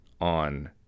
on